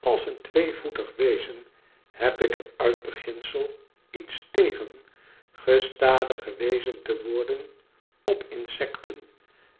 als een tweevoetig wezen heb ik er uit beginsel iets tegen gestadig gewezen te worden op insecten